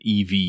EV